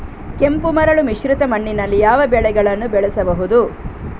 ಕೆಂಪು ಮರಳು ಮಿಶ್ರಿತ ಮಣ್ಣಿನಲ್ಲಿ ಯಾವ ಬೆಳೆಗಳನ್ನು ಬೆಳೆಸಬಹುದು?